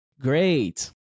Great